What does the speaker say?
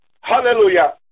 hallelujah